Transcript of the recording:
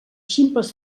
ximples